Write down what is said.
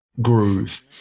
groove